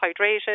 hydrated